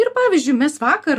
ir pavyzdžiui mes vakar